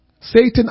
Satan